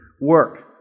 work